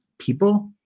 people